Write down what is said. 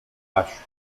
acho